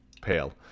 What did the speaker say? pale